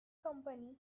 company